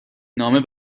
نامه